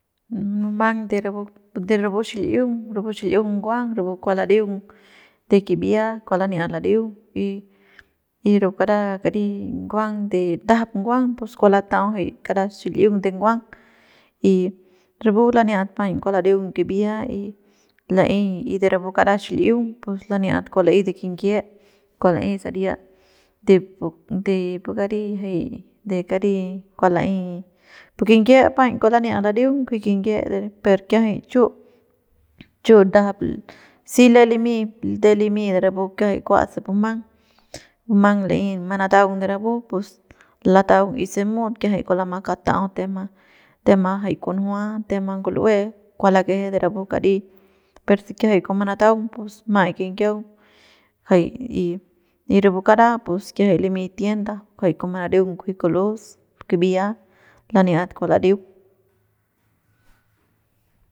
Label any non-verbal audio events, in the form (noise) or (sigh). Munumang de rapu de rapu xil'iung rapu xil'iung nguang rapu kua lareung de kibia rapu kua laniat ladeung y rapu kara kari de nguang de ndajap nguang pus kua latau jay kara xil'iung de nguang y rapu laniap paiñ kua lareung kibia y la'ey y de rapu kara xil'iung pus rapu laniat kua la'ey de kinyiep kua la'ey saria de pu pu kari jay de kari kua la'ey de pu kinyiep paiñ kua laniat lareung kunji kinyiep pero kiajay chu chu ndajap si lem limy de limy de rapu kiajay kua se bumang bumang na'ey manataung de rapu pus lataung y se mut kiajay kua lama katau tema tama jay kunjua tema ngul'ue kua lakeje de rapu kari per se kiajay kua manataung pus ma'ai kinyiaung jay y y rapu kara pus kiajay limy tienda jay kua manadeung kunji kul'us pu kibia laniat kua ladeung. (noise)